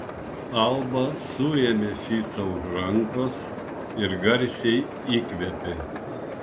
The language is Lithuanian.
alba suėmė ficą už rankos ir garsiai įkvėpė